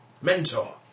mentor